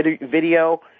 video